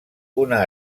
una